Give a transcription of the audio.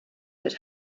that